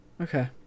Okay